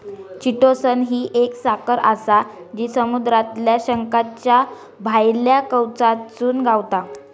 chitosan ही एक साखर आसा जी समुद्रातल्या शंखाच्या भायल्या कवचातसून गावता